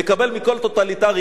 נקבל מכל טוטליטרי,